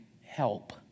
help